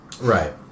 Right